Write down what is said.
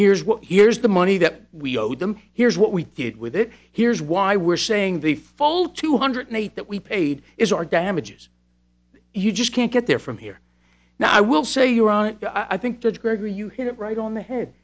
here's what here's the money that we owed them here's what we did with it here's why we're saying the full two hundred eight that we paid is our damages you just can't get there from here now i will say you're on it i think that gregory you hit it right on the head